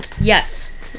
Yes